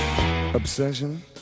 obsession